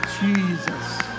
Jesus